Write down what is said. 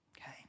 Okay